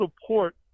support